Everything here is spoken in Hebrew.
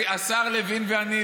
השר לוין ואני,